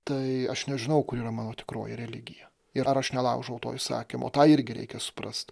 tai aš nežinau kur yra mano tikroji religija ir ar aš nelaužau to įsakymo tą irgi reikia suprast